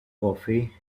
coffee